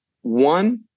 One